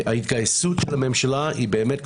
ההתגייסות של הממשלה היא באמת כוללנית,